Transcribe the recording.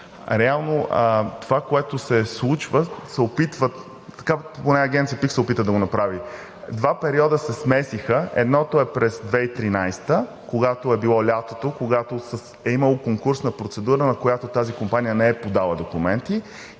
Реално това, което се случва, така поне Агенция ПИК се опита да го направи, два периода се смесиха. Единият е през 2013 г. лятото, когато е имало конкурсна процедура, на която тази компания не е подала документи,